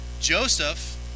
Joseph